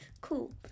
cool